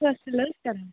فصلتن